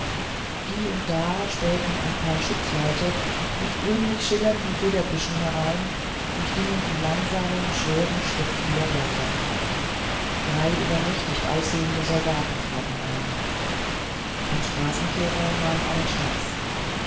hie und da spähten ein paar schutzleute mit grünlich schillernden federbüschen herein und gingen in langsamem schwerem schritt wieder weiter drei übernächtig aussehende soldaten traten ein ein straßenkehrer nahm einen schnaps